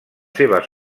seves